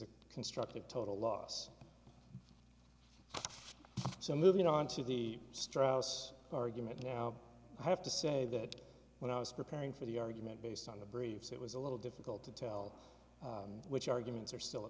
a constructive total loss so moving on to the strauss argument now i have to say that when i was preparing for the argument based on the briefs it was a little difficult to tell which arguments are still